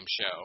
show